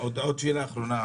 עוד שאלה אחרונה,